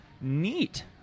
Neat